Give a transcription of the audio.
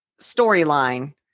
storyline